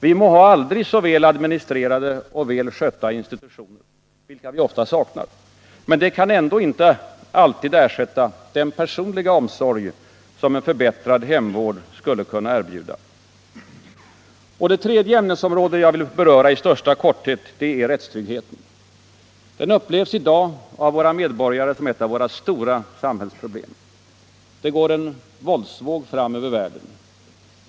Vi må ha aldrig så väl administrerade och väl skötta institutioner — vilket vi ofta saknar — men de kan inte ersätta den personliga omsorg som en förbättrad hemvård skulle kunna erbjuda. Det tredje ämnesområdet jag vill beröra i största korthet är rättstryggheten. Den upplevs i dag av våra medborgare som ett av våra stora samhällsproblem. Det går en våldsvåg fram över världen.